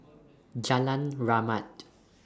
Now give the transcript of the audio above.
Jalan Rahmat